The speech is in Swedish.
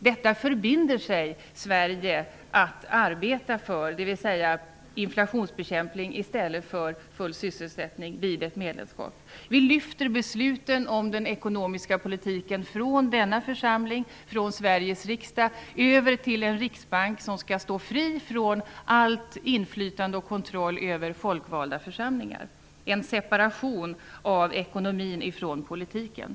Detta förbinder sig Sverige vid ett medlemskap att arbeta för, dvs. inflationsbekämpning i stället för full sysselsättning. Vi lyfter besluten om den ekonomiska politiken från denna församling, Sveriges riksdag, över till en riksbank som skall stå fri från allt inflytande och all kontroll över folkvalda församlingar -- en separation av ekonomin från politiken.